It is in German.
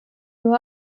nur